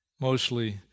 mostly